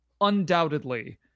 undoubtedly